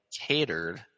catered